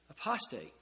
Apostate